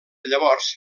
llavors